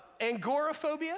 Angoraphobia